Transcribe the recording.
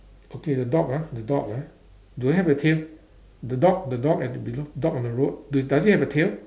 okay the dog ah the dog ah do it have a tail the dog the dog at the below dog on the road d~ does it have a tail